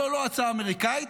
זו לא הצעה אמריקאית,